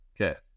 Okay